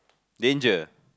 danger